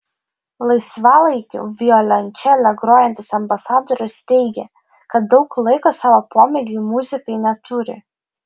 laisvalaikiu violončele grojantis ambasadorius teigė kad daug laiko savo pomėgiui muzikai neturi